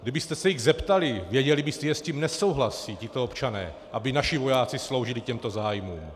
Kdybyste se jich zeptali, věděli byste, že s tím nesouhlasí tito občané, aby naši vojáci sloužili těmto zájmům.